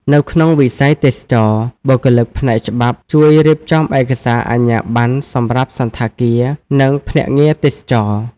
នៅក្នុងវិស័យទេសចរណ៍ បុគ្គលិកផ្នែកច្បាប់ជួយរៀបចំឯកសារអាជ្ញាប័ណ្ណសម្រាប់សណ្ឋាគារ និងភ្នាក់ងារទេសចរណ៍។